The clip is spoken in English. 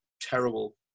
terrible